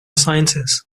sciences